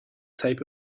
type